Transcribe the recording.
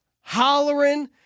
hollering